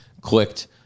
clicked